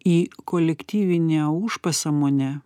į kolektyvinę užpasąmonę